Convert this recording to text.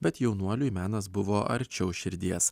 bet jaunuoliui menas buvo arčiau širdies